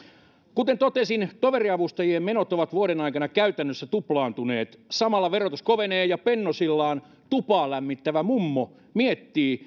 kuten totesin toveriavustajien menot ovat vuoden aikana käytännössä tuplaantuneet samalla verotus kovenee ja pennosillaan tupaa lämmittävä mummo miettii